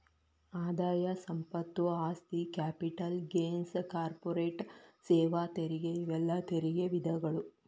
ಆದಾಯ ಸಂಪತ್ತು ಆಸ್ತಿ ಕ್ಯಾಪಿಟಲ್ ಗೇನ್ಸ್ ಕಾರ್ಪೊರೇಟ್ ಸೇವಾ ತೆರಿಗೆ ಇವೆಲ್ಲಾ ತೆರಿಗೆ ವಿಧಗಳು